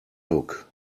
hook